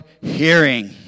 hearing